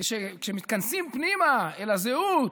כשמתכנסים פנימה אל הזהות,